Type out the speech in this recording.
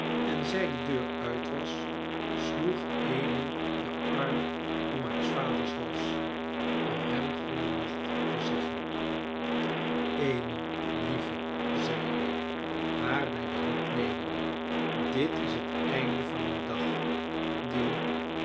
en zij de deur uit was sloeg amy den arm om haars vaders hals om hem goeden nacht te zeggen amy lieve zei hij haar bij de hand nemende dit is het einde van een dag die